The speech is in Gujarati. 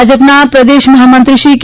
ભાજપાના પ્રદેશ મહામંત્રી શ્રી કે